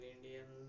Indian